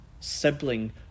sibling